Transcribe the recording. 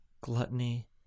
gluttony